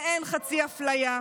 ואין חצי הפליה,